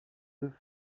deux